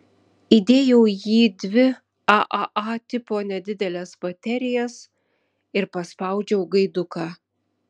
įdėjau į jį dvi aaa tipo nedideles baterijas ir paspaudžiau gaiduką